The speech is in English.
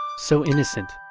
so innocent.